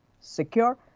secure